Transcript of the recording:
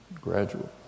gradual